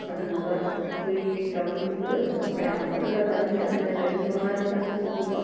ꯑꯗꯨꯗꯨꯒ ꯑꯩꯈꯣꯏꯒꯤ ꯀꯝꯃꯨꯅꯤꯇꯤꯒꯤ ꯑꯣꯏꯕ ꯃꯌꯥꯝ ꯄꯨꯜꯂꯒ ꯆꯥꯃꯤꯟ ꯊꯛꯃꯤꯟꯅꯕꯗꯣ ꯑꯗꯨꯝ ꯃꯉꯥꯅꯤ ꯆꯥꯛꯀꯧꯕꯒꯨꯝꯕ